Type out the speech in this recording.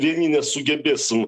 vieni nesugebėsim